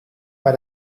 war